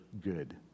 good